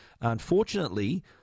unfortunately